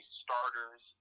starters